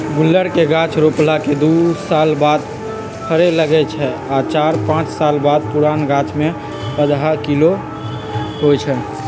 गुल्लर के गाछ रोपला के दू साल बाद फरे लगैए छइ आ चार पाच साल पुरान गाछमें पंडह किलो होइ छइ